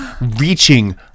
reaching